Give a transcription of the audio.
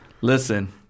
listen